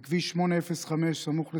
נהרג בכביש 805 סמוך לסח'נין,